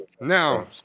now